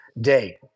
day